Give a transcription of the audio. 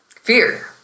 fear